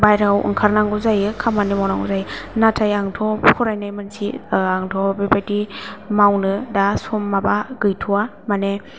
बायह्रायाव ओंखारनागौ जायो खामानि मावनांगौ जायो नाथाय आंथ' फरायनाय मानसि आंथ' बेबायदि मावनो दा सम माबा गैथ'आ माने